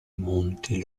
monti